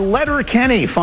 Letterkenny